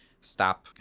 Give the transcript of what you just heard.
stop